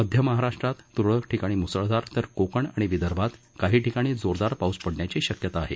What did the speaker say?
मध्य महाराष्ट्रात त्रळक ठिकाणी म्सळधार तर कोकण अणि विदर्भात काही ठिकाणी जोरदार पाऊस पडण्याची शक्यता आहे